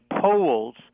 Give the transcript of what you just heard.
polls